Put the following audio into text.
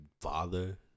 father